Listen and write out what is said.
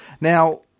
Now